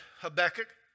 Habakkuk